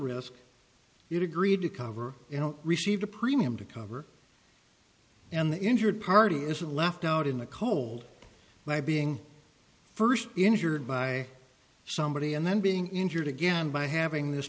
risk you agreed to cover received a premium to cover and the injured party isn't left out in the cold light being first injured by somebody and then being injured again by having this